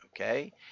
Okay